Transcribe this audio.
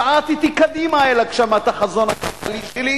שעטתי קדימה אל הגשמת החזון הכלכלי שלי,